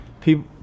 people